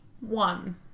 One